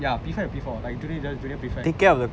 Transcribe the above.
ya P five or P four like junior junior prefect